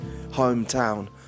hometown